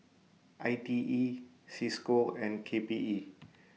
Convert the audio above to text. I T E CISCO and K P E